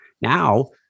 Now